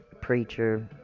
preacher